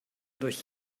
durch